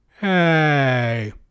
Hey